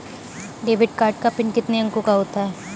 Debit card का पिन कितने अंकों का होता है?